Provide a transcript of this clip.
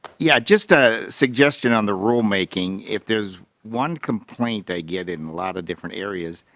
yeah just a suggestion on the rulemaking if there is one complaint they get him a lot of different areas.